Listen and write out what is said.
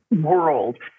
world